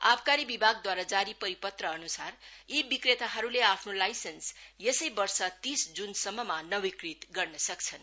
आवकारी विभागद्वारा जारी परिपत्रअनुसार यी विक्रेताहरूले आफ्नो लाइसेन्स यसै वर्ष तीस जूनसम्ममा नवीकृत गर्न सक्छन्